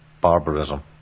barbarism